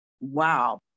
Wow